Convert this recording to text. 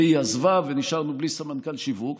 והיא עזבה ונשארנו בלי סמנכ"ל שיווק.